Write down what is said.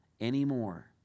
anymore